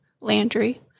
Landry